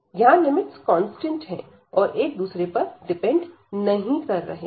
यहां limits constant हैं और एक दूसरे पर डिपेंड नहीं कर रहे हैं